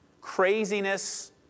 Craziness